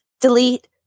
delete